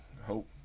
hope